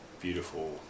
beautiful